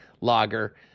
lager